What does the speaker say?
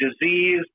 disease